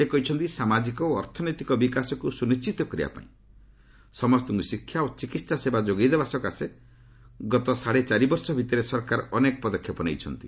ସେ କହିଛନ୍ତି ସାମାଜିକ ଓ ଅର୍ଥନୈତିକ ବିକାଶକୁ ସୁନିଶ୍ଚିତ କରିବା ପାଇଁ ସମସ୍ତଙ୍କୁ ଶିକ୍ଷା ଓ ଚିକିତ୍ସା ସେବା ଯୋଗାଇଦେବା ସକାଶେ ଗତ ସାଢ଼େଚାରିବର୍ଷ ଭିତରେ ସରକାର ଅନେକ ପଦକ୍ଷେପ ନେଇଛନ୍ତି